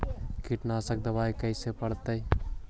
कीटनाशक दबाइ कैसे पड़तै है?